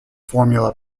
formula